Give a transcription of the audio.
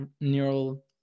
neural